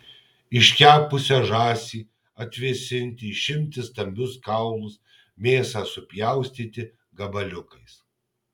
iškepusią žąsį atvėsinti išimti stambius kaulus mėsą supjaustyti gabaliukais